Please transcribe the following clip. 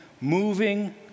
moving